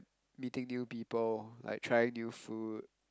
meeting new people like trying new food